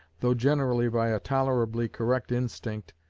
though generally by a tolerably correct instinct,